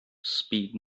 speak